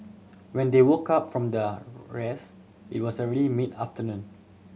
when they woke up from the rest it was already mid afternoon